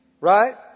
Right